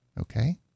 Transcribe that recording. okay